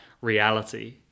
reality